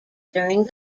during